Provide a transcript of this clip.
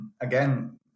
again